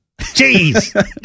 jeez